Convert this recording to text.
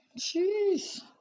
Jeez